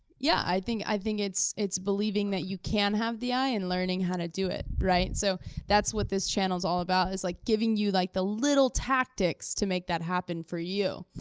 yeah, i think i think it's it's believing that you can have the eye and learning how to do it. so that's what this channel's all about, is like giving you like the little tactics to make that happen for you,